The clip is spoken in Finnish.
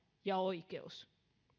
ja oikeus